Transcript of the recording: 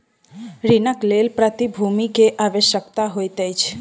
ऋणक लेल प्रतिभूति के आवश्यकता होइत अछि